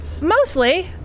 Mostly